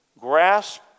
grasp